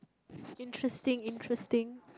interesting interesting